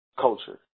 culture